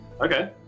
Okay